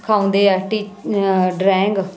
ਸਿਖਾਉਂਦੇ ਆ teach drawing